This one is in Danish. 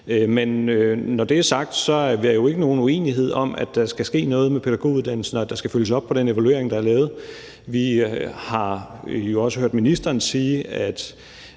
når det er sagt, er der jo ikke nogen uenighed om, at der skal ske noget med pædagoguddannelsen, og at der skal følges op på den evaluering, der er lavet. Vi har jo også hørt ministeren sige, at